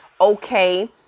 okay